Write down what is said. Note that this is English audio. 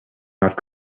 not